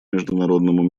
международному